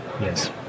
Yes